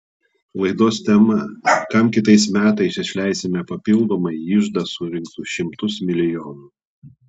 laidos tema kam kitais metais išleisime papildomai į iždą surinktus šimtus milijonų